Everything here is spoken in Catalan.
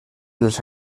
dels